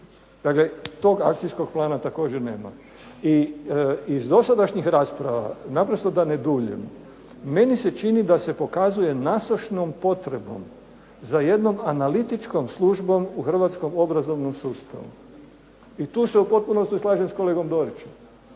dakle tog akcijskog plana također nema. I iz dosadašnjih rasprava da ne duljim meni se čini da se pokazujem nasušnom potrebom za jednom analitičkom službom u Hrvatskom obrazovnom sustavu i tu se u potpunosti slažem sa kolegom Dorićem.